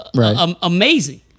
amazing